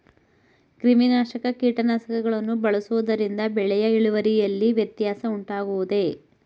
ಕ್ರಿಮಿನಾಶಕ ಕೀಟನಾಶಕಗಳನ್ನು ಬಳಸುವುದರಿಂದ ಬೆಳೆಯ ಇಳುವರಿಯಲ್ಲಿ ವ್ಯತ್ಯಾಸ ಉಂಟಾಗುವುದೇ?